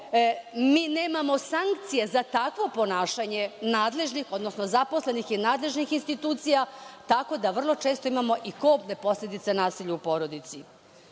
mi nemamo sankcije za takvo ponašanje nadležnih, odnosno zaposlenih i nadležnih institucija tako da vrlo često imamo i kobne posledice nasilja u porodici. Svi